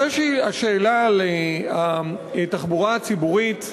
לגבי השאלה על התחבורה הציבורית לקריית-שמונה,